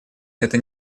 это